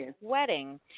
Wedding